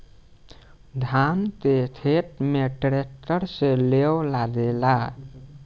धान के खेत में ट्रैक्टर से लेव लागेला